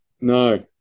No